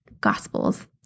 gospels